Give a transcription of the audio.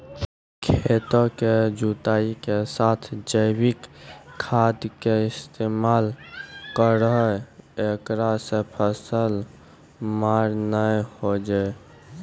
खेतों के जुताई के साथ जैविक खाद के इस्तेमाल करहो ऐकरा से फसल मार नैय होय छै?